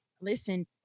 listen